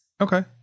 Okay